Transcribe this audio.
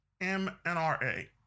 MNRA